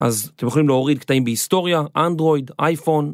אז אתם יכולים להוריד קטעים בהיסטוריה, אנדרויד, אייפון.